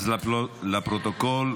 אז לפרוטוקול.